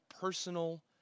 personal